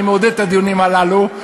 אני מעודד את הדיונים הללו.